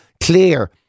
clear